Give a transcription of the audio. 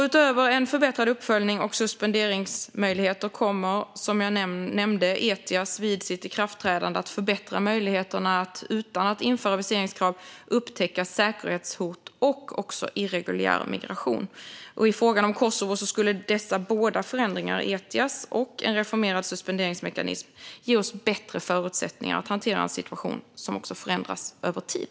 Utöver en förbättrad uppföljning och suspenderingsmöjligheter kommer Etias, som jag nämnde, vid sitt ikraftträdande att förbättra möjligheterna att upptäcka säkerhetshot och irreguljär migration utan att viseringskrav införs. I frågan om Kosovo skulle dessa förändringar - Etias och en reformerad suspenderingsmekanism - ge oss bättre förutsättningar att hantera en situation som också förändras över tid.